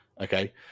okay